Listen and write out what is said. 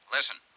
Listen